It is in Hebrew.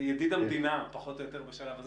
ידיד המדינה, פחות או יותר בשלב הזה.